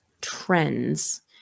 trends